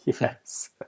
Yes